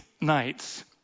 nights